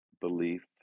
belief